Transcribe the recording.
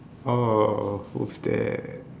orh who's there